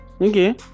okay